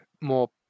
more